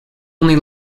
only